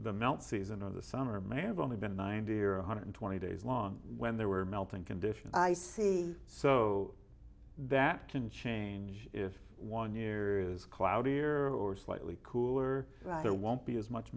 the melt season of the summer may have only been ninety or one hundred twenty days long when they were melting conditions i see so that can change if one year is cloudy or or slightly cooler there won't be as much